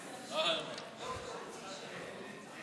איציק?